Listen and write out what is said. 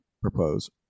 propose